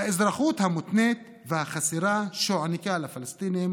האזרחות המותנית והחסרה שהוענקה לפלסטינים